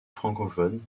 francophone